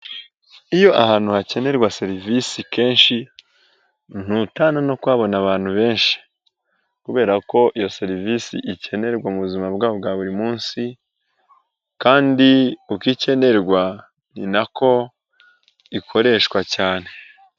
Iyo ahantu hakenerwa serivisi kenshi ntutana no kuhabona abantu benshi kubera ko iyo serivisi ikenerwa mu buzima bwabo bwa buri munsi kandi uko ikenerwa ni na ko ikoreshwa cyane.